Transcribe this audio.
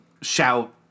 shout